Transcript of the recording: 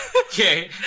Okay